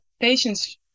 patients